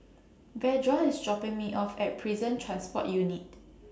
Verda IS dropping Me off At Prison Transport Unit